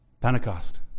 Pentecost